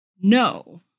No